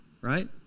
right